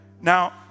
Now